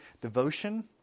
devotion